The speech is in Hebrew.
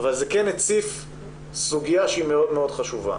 אבל זה כן הציף סוגיה שהיא מאוד מאוד חשובה.